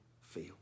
feel